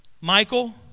Michael